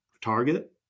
Target